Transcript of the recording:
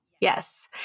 Yes